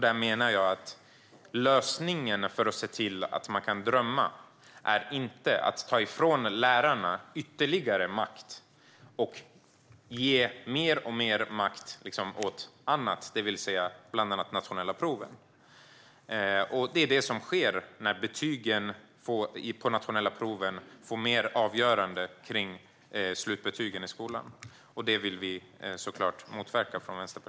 Där menar jag att lösningen för att se till att man kan drömma inte är att ta ifrån lärarna ytterligare makt och ge mer och mer makt åt annat, bland annat de nationella proven. Det är det som sker när betygen på de nationella proven blir mer avgörande för slutbetygen i skolan. Det vill vi från Vänsterpartiets sida såklart motverka.